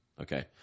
Okay